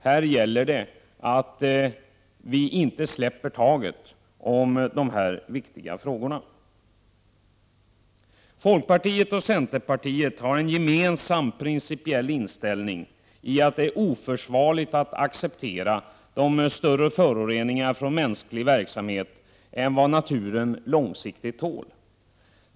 Här gäller det att vi inte släpper taget om dessa viktiga frågor. Folkpartiet och centerpartiet har en gemensam principiell inställning. Vi menar att det är oförsvarligt att acceptera större föroreningar från mänsklig verksamhet än vad naturen på lång sikt tål.